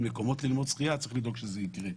מקומות ללמוד שחייה וצריך לדאוג שזה יקרה.